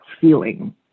feeling